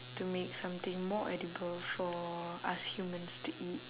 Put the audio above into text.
to make something more edible for us humans to eat